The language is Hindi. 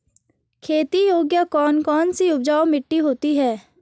खेती योग्य कौन कौन सी उपजाऊ मिट्टी होती है?